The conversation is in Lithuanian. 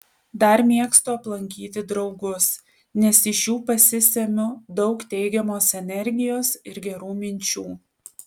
dar mėgstu aplankyti draugus nes iš jų pasisemiu daug teigiamos energijos ir gerų minčių